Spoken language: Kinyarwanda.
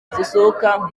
zisohoka